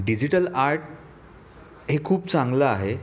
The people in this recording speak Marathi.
डिजिटल आर्ट हे खूप चांगलं आहे